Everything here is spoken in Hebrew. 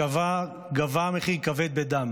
שגבה מחיר כבד בדם